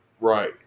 right